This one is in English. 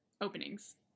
openings